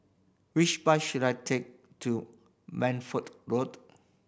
which bus should I take to Man Ford Road